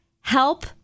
Help